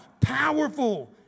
powerful